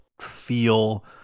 feel